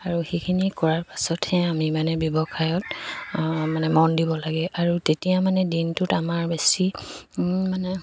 আৰু সেইখিনি কৰাৰ পাছতহে আমি মানে ব্যৱসায়ত মানে মন দিব লাগে আৰু তেতিয়া মানে দিনটোত আমাৰ বেছি মানে